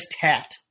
hat